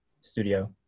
studio